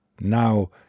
Now